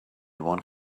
one